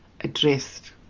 addressed